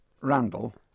Randall